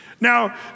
Now